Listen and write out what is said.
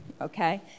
okay